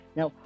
Now